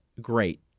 great